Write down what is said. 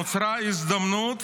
נוצרה הזדמנות